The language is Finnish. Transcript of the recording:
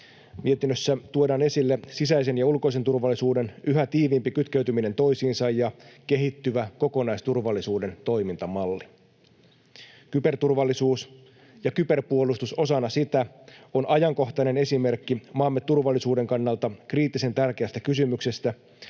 Mietinnössä tuodaan esille sisäisen ja ulkoisen turvallisuuden yhä tiiviimpi kytkeytyminen toisiinsa ja kehittyvä kokonaisturvallisuuden toimintamalli. Kyberturvallisuus ja kyberpuolustus osana sitä ovat ajankohtainen esimerkki maamme turvallisuuden kannalta kriittisen tärkeästä kysymyksestä,